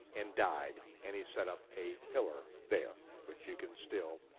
and died, and he set up a pillar there which you can still,